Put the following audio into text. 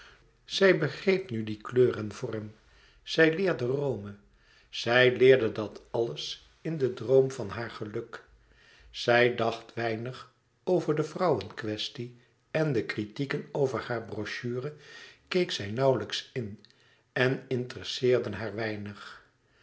zij begreep nu die kleur en vorm zij leerde rome zij leerde dat alles in den droom van haar geluk zij dacht weinig over de vrouwenkwestie en de kritieken over haar brochure keek zij nauwlijks in en interesseerden haar weinig